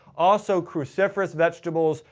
also cruciferous vegetables,